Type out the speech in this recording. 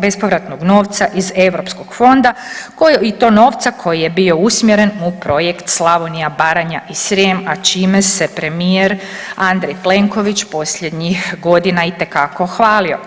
bespovratnog novca iz europskog fonda i to novca koji je bio usmjeren u projekt Slavonija, Baranja i Srijem, a čime se premijer Andrej Plenković posljednjih godina itekako hvalio.